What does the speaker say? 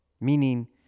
Meaning